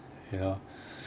you know